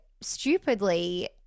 stupidly